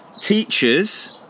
Teachers